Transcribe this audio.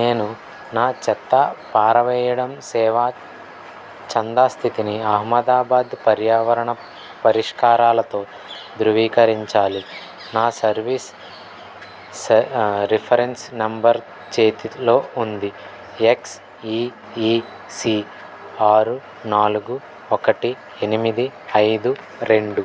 నేను నా చెత్త పారవెయ్యడం సేవా చందా స్థితిని అహ్మదాబాదు పర్యావరణ పరిష్కారాలతో ధృవీకరించాలి నా సర్వీస్ స రిఫరెన్స్ నంబర్ చేతిలో ఉంది ఎక్స్ఈఈసీ ఆరు నాలుగు ఒకటి ఎనిమిది ఐదు రెండు